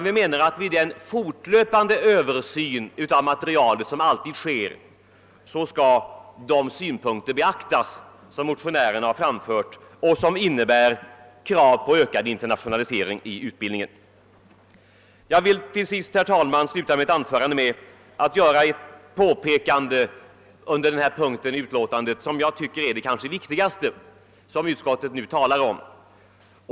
Vi menar att vid den fortlöpande översyn av materialet som alltid sker skall de synpunkter beaktas som motionärerna har framfört och vilka innebär krav på ökad internationalisering av utbildningen. Jag vill, herr talman, göra ett påpekande under denna punkt i utlåtandet, som jag tycker kanske är det viktigaste som utskottet nu talar om.